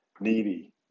needy